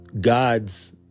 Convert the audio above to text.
God's